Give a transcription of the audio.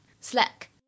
slack